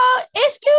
excuse